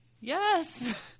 Yes